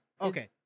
okay